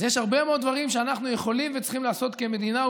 אז יש הרבה מאוד דברים שאנחנו יכולים וצריכים לעשות כמדינה,